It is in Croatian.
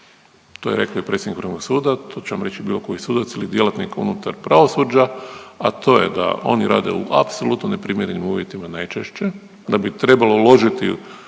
To je rekao i predsjednik Vrhovnog suda, to će vam reći i bilo koji sudac ili djelatnik unutar pravosuđa, a to je da oni rade u apsolutno neprimjerenim uvjetima najčešće, da bi trebalo uložiti u